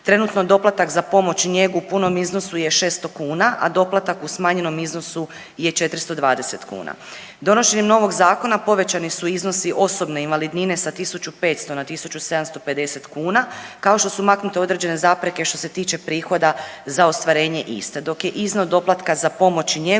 Trenutno doplatak za pomoć i njegu u punom iznosu je 600 kuna, a doplatak u smanjenom iznosu je 420 kuna. Donošenjem novog Zakona povećani su iznosi osobne invalidnine sa 1500 na 1750 kuna, kao što su maknute određene zapreke što se tiče prihoda za ostvarenje iste, dok je iznos doplatka za pomoć i njegu